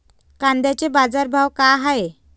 कांद्याचे बाजार भाव का हाये?